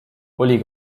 oli